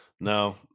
No